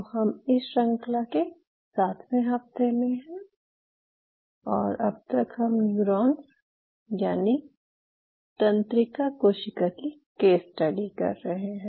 तो हम इस श्रंखला के सातवें हफ्ते में हैं और अब तक हम न्यूरॉन्स यानि तंत्रिका कोशिका की केस स्टडी कर रहे हैं